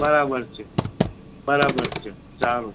બરાબર છે બરાબર છે સારું